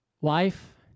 Wife